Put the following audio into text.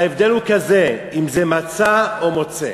ההבדל הוא כזה, אם זה "מצא", או "מוצא".